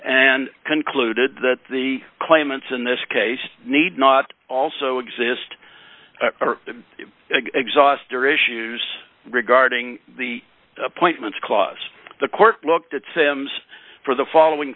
and concluded that the claimants in this case need not also exist to exhaust their issues regarding the appointments clause the court looked at sams for the following